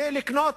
ולקנות